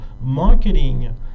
marketing